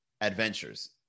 adventures